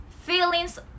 feelings